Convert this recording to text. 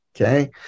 Okay